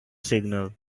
signal